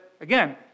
again